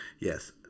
yes